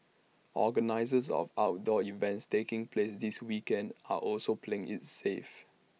organisers of outdoor events taking place this weekend are also playing IT safe